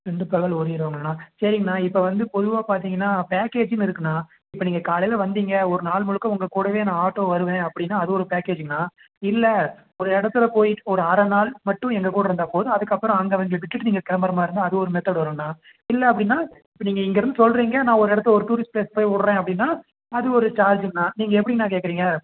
ரெண்டு பகல் ஒரு இரவுங்களாகண்ணா சரிங்கண்ணா இப்போ வந்து பொதுவாக பார்த்தீங்கன்னா பேக்கேஜ்ஜின்னு இருக்குண்ணா இப்போ நீங்கள் காலையில் வந்திங்க ஒரு நாள் முழுக்க உங்கள் கூடவே நான் ஆட்டோ வருவேன் அப்படின்னா அது ஒரு பேக்கேஜ்ஜிங்கண்ணா இல்லை ஒரு இடத்துல போய் ஒரு அரை நாள் மட்டும் எங்கள் கூட இருந்தால் போதும் அதற்கப்பறம் அங்கே அவங்களை விட்டுவிட்டு நீங்கள் கிளம்புறமாரின்னா அது ஒரு மெத்தடு வரும்ண்ணா இல்லை அப்படின்னா இப்போ நீங்கள் இங்கேருந்து சொல்லுறிங்க நான் ஒரு இடத்த ஒரு டூரிஸ்ட் ப்ளேஸ் போய் விட்றேன் அப்படின்னா அது ஒரு சார்ஜ்ஜுங்கண்ணா நீங்கள் எப்படிங்கண்ணா கேட்குறீங்க